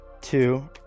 two